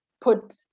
put